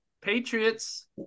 Patriots